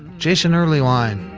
jason earlywine,